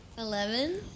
Eleven